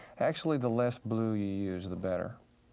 actually, the less blue you use, the better.